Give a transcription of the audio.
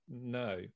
no